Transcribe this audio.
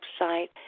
website